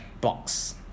box